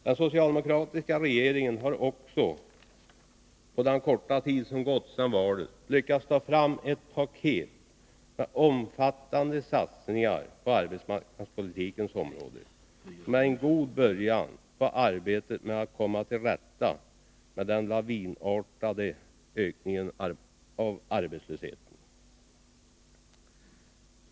Den socialdemokratiska regeringen har också på den korta tid som gått sedan valet lyckats ta fram ett paket med omfattande satsningar på arbetsmarknadspolitikens område, och det är en god början på arbetet med att komma till rätta med den lavinartade ökningen av arbetslösheten.